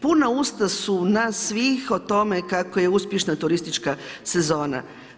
Puna usta su nas svih o tome kako je uspješna turistička sezona.